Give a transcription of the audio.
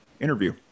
interview